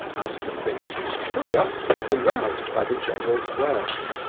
asked the prince, whose curiosity was aroused by the general's words.